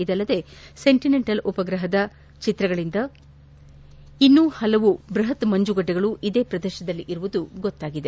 ಇದಲ್ಲದೆ ಸೆಂಟನಲ್ ಉಪಗ್ರಹದ ಚಿತ್ರಗಳಿಂದ ಇನ್ನೂ ಹಲವು ಬೃಹತ್ ಮಂಜುಗಡ್ಡೆಗಳು ಇದೇ ಪ್ರದೇಶದಲ್ಲಿರುವುದು ಗೊತ್ತಾಗಿದೆ